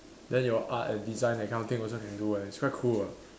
then your art and design that kind of thing also can do leh it's quite cool ah